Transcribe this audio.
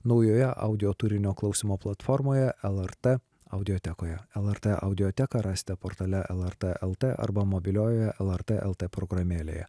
naujoje audio turinio klausymo platformoje lrt audiotekoje lrt audioteką rasite portale lrt el t arba mobiliojoje lrt el t programėlėje